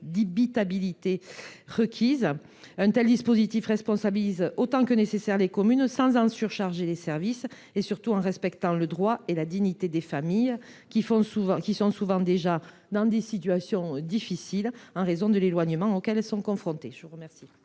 d’habitabilité requises. Un tel dispositif responsabilise autant que nécessaire les communes sans en surcharger les services. Il permet également de respecter le droit et la dignité des familles, qui se trouvent déjà en situation difficile du fait de l’éloignement auquel elles sont confrontées. La parole